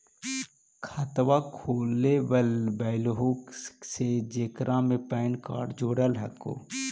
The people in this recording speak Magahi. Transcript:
खातवा खोलवैलहो हे जेकरा मे पैन कार्ड जोड़ल हको?